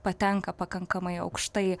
patenka pakankamai aukštai